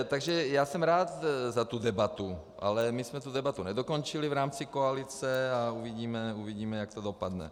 Takže já jsem rád za tu debatu, ale my jsme tu debatu nedokončili v rámci koalice a uvidíme, jak to dopadne.